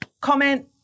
Comment